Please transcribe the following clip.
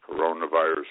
coronavirus